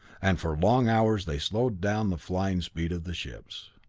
and for long hours they slowed down the flying speed of the ships.